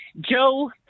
Joe